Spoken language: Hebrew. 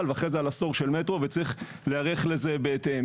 ואחרי זה על עשור של מטרו וצריך להיערך לזה בהתאם.